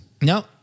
No